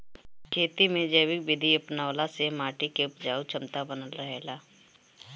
खेती में जैविक विधि अपनवला से माटी के उपजाऊ क्षमता बनल रहेला